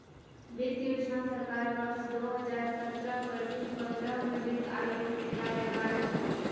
वित्त योजना सरकार वर्ष दो हजार सत्रह गठित पंद्रह में वित्त आयोग के कार्यकाल हइ